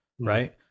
right